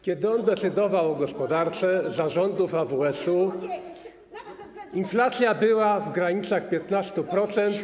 Kiedy on decydował o gospodarce za rządów AWS-u, inflacja była w granicach 10–15%.